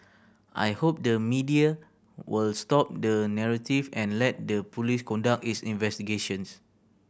I hope the media will stop the narrative and let the police conduct its investigations